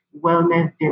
wellness